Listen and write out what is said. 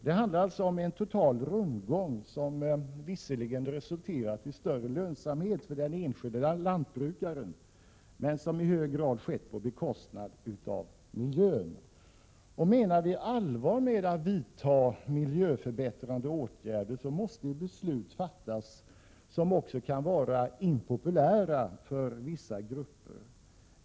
Det handlar alltså om en rundgång, som visserligen resulterat i större lönsamhet för den enskilde lantbrukaren men som i hög grad skett på bekostnad av miljön. Menar vi allvar med att vidta miljöförbättrande åtgärder måste beslut Prot. 1987/88:132 fattas som kan vara impopulära för vissa grupper.